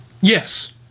Yes